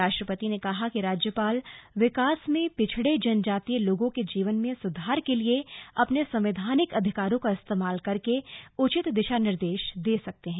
राष्ट्रपति ने कहा कि राज्यपाल विकास में पिछड़े जनजातीय लोगों के जीवन में सुधार के लिए अपने संवैधानिक अधिकारों का इस्तेमाल करके उचित दिशा निर्देश दे सकते हैं